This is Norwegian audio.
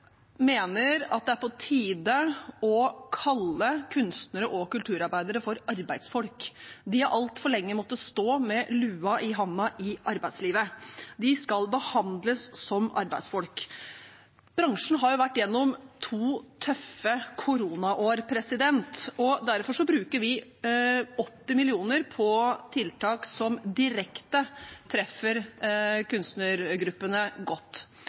mener at det er på tide å kalle kunstnere og kulturarbeidere for arbeidsfolk. De har altfor lenge måttet stå med lua i hånda i arbeidslivet. De skal behandles som arbeidsfolk. Bransjen har vært gjennom to tøffe koronaår, og derfor bruker vi 80 mill. kr på tiltak som direkte treffer kunstnergruppene godt.